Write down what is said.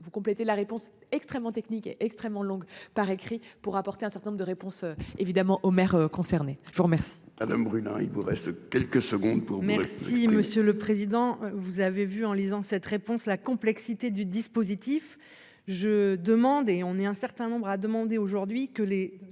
vous compléter la réponse extrêmement techniques extrêmement longue par écrit pour apporter un certain nombre de réponses évidemment aux maires concernés. Je vous remercie. Un homme brûle hein. Il vous reste quelques secondes pour moi si Monsieur le. Président, vous avez vu en lisant cette réponse la complexité du dispositif. Je demande et on est un certain nombre à demander aujourd'hui que les